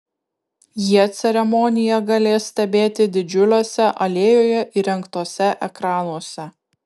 jie ceremoniją galės stebėti didžiuliuose alėjoje įrengtuose ekranuose